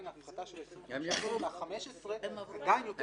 ההפחתה של ה-25% עדיין יותר טובה.